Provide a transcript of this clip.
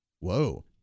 Whoa